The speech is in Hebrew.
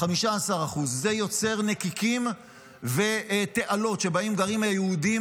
15%. זה יוצר נקיקים ותעלות שבהם גרים היהודים,